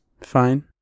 Fine